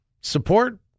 Support